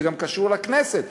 זה גם קשור לכנסת,